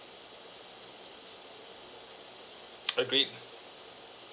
agreed